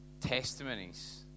testimonies